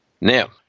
Now